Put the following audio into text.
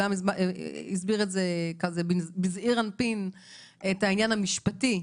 שהוסבר כאן בזעיר אנפין העניין המשפטי,